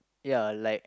ya like